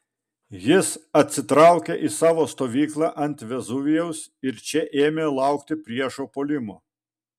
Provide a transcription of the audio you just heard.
jis atsitraukė į savo stovyklą ant vezuvijaus ir čia ėmė laukti priešo puolimo